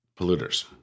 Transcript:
Polluters